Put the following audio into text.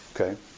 okay